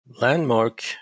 landmark